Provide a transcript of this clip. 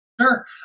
Sure